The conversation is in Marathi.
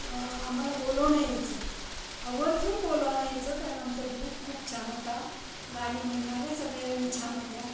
आम्हाला बोलवणं यायचं आवर्जून बोलवणं यायचं कारण आमचा ग्रुप खूप छान होता गाणी म्हणणाऱ्या सगळ्या जणी छान होत्या